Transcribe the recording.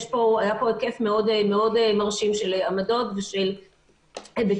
היה פה היקף מאוד מרשים של עמדות ושל היבטים.